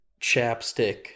Chapstick